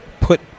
put